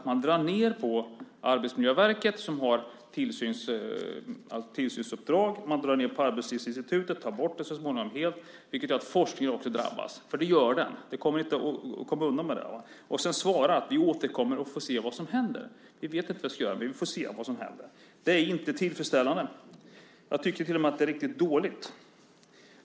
Man drar ned på Arbetsmiljöverket, som har tillsynsuppdrag. Man drar ned på Arbetslivsinstitutet och tar så småningom bort det helt, vilket gör att forskningen också drabbas. Det gör den; det går inte att komma undan. Sedan svarar man: Vi återkommer och får se vad som händer. Vi vet inte vad vi ska göra, men vi får se vad som händer. Det är inte tillfredsställande. Jag tycker till och med att det är riktigt dåligt.